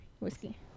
whiskey